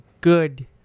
good